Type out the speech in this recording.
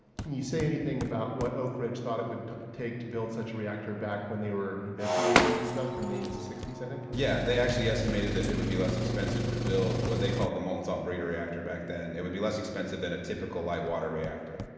can you say anything about what oak ridge thought it would take to build such a reactor back when they were investigating this stuff in the sixty s, i think? serensen yes. yeah they actually estimated that it would be less expensive to build what they called the molten salt breeder reactor back then. it would be less expensive than a typical light water reactor.